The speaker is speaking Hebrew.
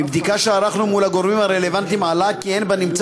מבדיקה שערכנו מול הגורמים הרלבנטיים עלה כי אין בנמצא